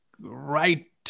right